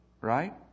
Right